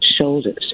shoulders